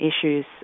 issues